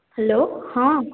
hello ହଁ